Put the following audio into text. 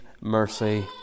mercy